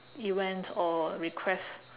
you went or request